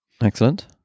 Excellent